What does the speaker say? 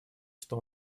что